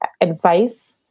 advice